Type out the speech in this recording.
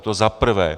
To za prvé.